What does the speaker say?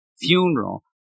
funeral